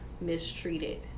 mistreated